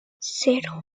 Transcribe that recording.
cero